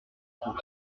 pour